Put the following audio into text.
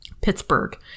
Pittsburgh